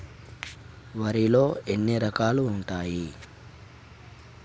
వరిలో ఎన్ని రకాలు ఉంటాయి?